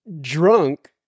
drunk